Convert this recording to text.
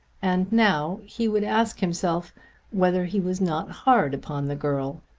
and now he would ask himself whether he was not hard upon the girl.